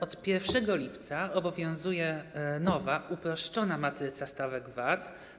Od 1 lipca obowiązuje nowa, uproszczona matryca stawek VAT.